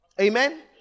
amen